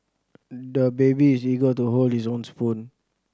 the baby is eager to hold his own spoon